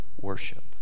worship